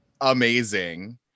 amazing